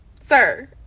Sir